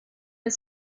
des